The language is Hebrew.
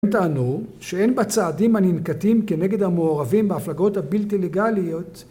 הם טענו שאין בצעדים הננקטים כנגד המוערבים בהפלגות הבלתי לגאליות